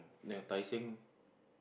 near Tai Seng